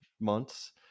months